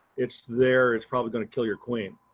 it's there. it's probably going to kill your queen.